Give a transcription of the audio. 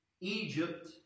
Egypt